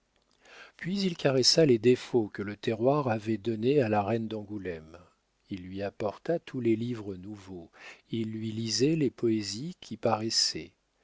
puis il caressa les défauts que le terroir avait donnés à la reine d'angoulême il lui apporta tous les livres nouveaux il lui lisait les poésies qui paraissaient